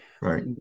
Right